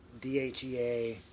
DHEA